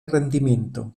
rendimiento